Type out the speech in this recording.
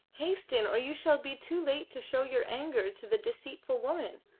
hasten, or you shall be too late to show your anger to the deceitful woman.